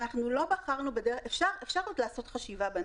יש אנשים שלא רוצים לקבל שום שיחה.